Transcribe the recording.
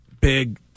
big